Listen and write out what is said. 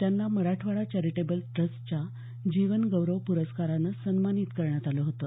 त्यांना मराठवाडा चॅरीटेबल ट्रस्टच्या जीवन गौरव प्रस्कारानं सन्मानित करण्यात आलं होतं